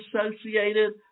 associated